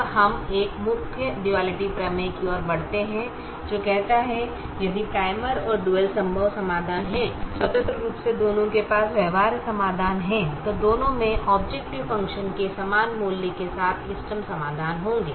अब हम एक मुख्य डुआलिटी प्रमेय की ओर बढ़ते हैं जो कहता है यदि प्राइमल और डुअल संभव समाधान हैं स्वतंत्र रूप से दोनों के पास व्यवहार्य समाधान हैं तो दोनों में ऑबजेकटिव फ़ंक्शन के समान मूल्य के साथ इष्टतम समाधान होंगे